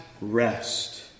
rest